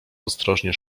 ostrożnie